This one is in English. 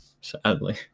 Sadly